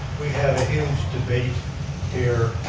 we have a huge debate here.